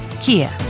Kia